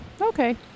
Okay